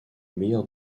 meilleur